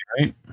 right